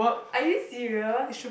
are you serious